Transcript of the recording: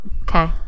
okay